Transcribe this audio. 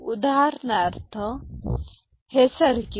उदाहरणार्थ हे सर्किट